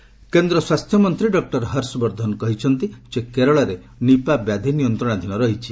Harsh Vardhan Nipah କେନ୍ଦ୍ର ସ୍ୱାସ୍ଥ୍ୟ ମନ୍ତ୍ରୀ ଡକ୍ଟର ହର୍ଷ ବର୍ଦ୍ଧନ କହିଛନ୍ତି ଯେ କେରଳରେ ନିପ୍ସା ବ୍ୟାଧି ନିୟନ୍ତ୍ରଣାଧୀନ ରହିଛି